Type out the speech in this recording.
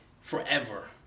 forever